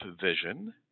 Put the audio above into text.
vision